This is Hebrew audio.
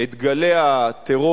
את גלי הטרור